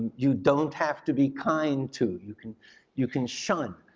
you don't have to be kind to. you can you can shun.